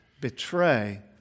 betray